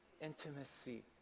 intimacy